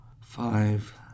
five